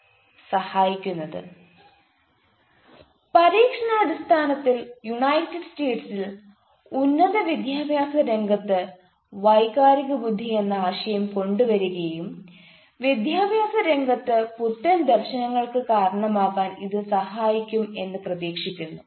കാണുക സ്ലൈഡ് സമയം 0515 പരീക്ഷണാടിസ്ഥാനത്തിൽ യുണൈറ്റഡ് സ്റ്റേസിൽ ഉന്നത വിദ്യാഭ്യാസ രംഗത്ത് വൈകാരിക ബുദ്ധി എന്ന ആശയം കൊണ്ട് വരികയും വിദ്യാഭ്യസ രംഗത്ത് പുത്തൻ ദർശനങ്ങൾക്ക് കാരണമാകാൻ ഇത് സഹായിക്കും എന്ന് പ്രതീക്ഷിക്കുന്നു